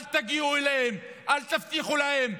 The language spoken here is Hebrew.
אל תגיעו אליהם, אל תבטיחו להם.